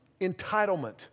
entitlement